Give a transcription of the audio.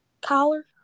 Collar